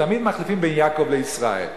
ותמיד מחליפים בין יעקב לישראל.